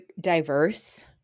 diverse